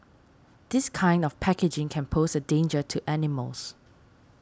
this kind of packaging can pose a danger to animals